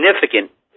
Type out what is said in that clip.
significant